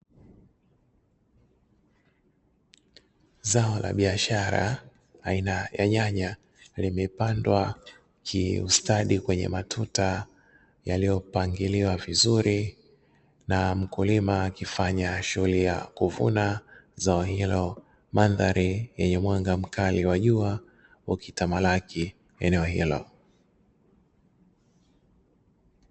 Zao la biashara aina ya nyanya limepandwa kiustadi kwenye matuta yaliyopangiliwa vizuri, na mkulima akifanya shughuli ya kuvuna zao hilo, mandhari yenye mwanga mkali wa jua ukitamalaki eneo hilo.